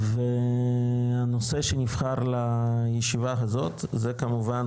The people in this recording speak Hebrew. והנושא שנבחר לישיבה הזאת זה כמובן,